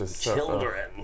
children